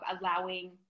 allowing